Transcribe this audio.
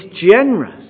generous